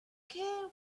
care